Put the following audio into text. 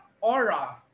aura